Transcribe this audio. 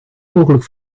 mogelijk